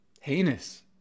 heinous